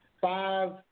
five